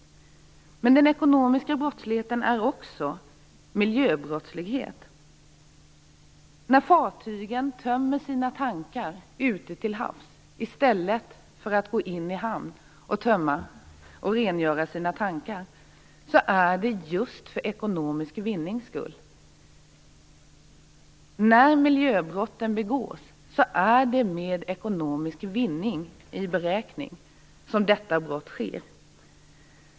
Men den ekonomiska brottsligheten är också miljöbrottslighet. När fartygen tömmer sina tankar ute till havs i stället för att gå in i hamn och tömma och rengöra dem är det just för ekonomisk vinnings skull. När miljöbrotten begås är det med ekonomisk vinning i beräkning.